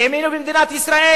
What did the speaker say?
האמינו במדינת ישראל.